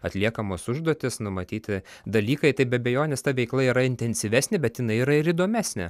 atliekamos užduotis numatyti dalykai tai be abejonės ta veikla yra intensyvesnė bet jinai yra ir įdomesnė